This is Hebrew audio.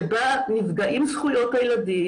שבה נפגעים זכויות הילדים,